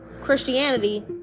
Christianity